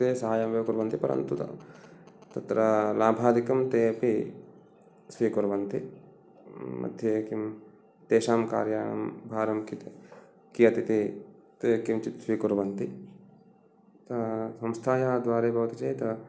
ते साहाय्यम् एव कुर्वन्ति परन्तु तत् तत्र लाभादिकं ते अपि स्वीकुर्वन्ति मध्ये किं तेषां कार्याणां भारं कृते कियत् इति ते ते किञ्चित् स्वीकुर्वन्ति संस्थायाः द्वारे भवति चेत्